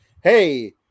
hey